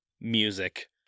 Music